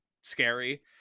scary